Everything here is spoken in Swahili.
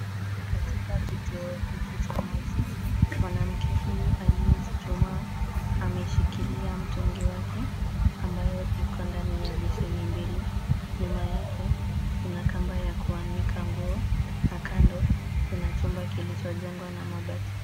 Katika kituo hiki cha maji, mwanamke huyu aliyechuchumaa ameshikilia mtungi wake, ambayo iko ndani ya besheni mbili. Nyuma yake kuna kamba ya kuanika nguo na kando kuna chumba kilichojengwa na mabati.